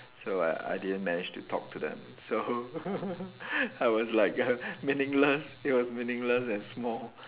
so I I didn't manage to talk to them so I was like meaningless it was meaningless and small